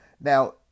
Now